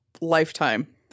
lifetime